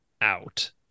out